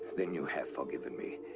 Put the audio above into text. then, you have forgiven me.